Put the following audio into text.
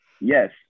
yes